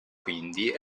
quindi